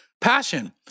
Passion